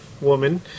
woman